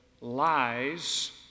lies